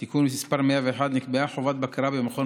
חבר הכנסת אופיר סופר, אינו נוכח, חבר